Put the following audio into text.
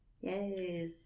Yes